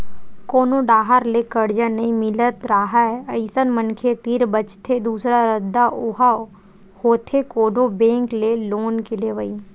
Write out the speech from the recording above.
कोनो डाहर ले करजा नइ मिलत राहय अइसन मनखे तीर बचथे दूसरा रद्दा ओहा होथे कोनो बेंक ले लोन के लेवई